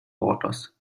waters